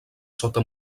sota